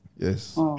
Yes